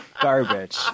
garbage